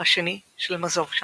ה-2 של מאזובשה.